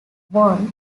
won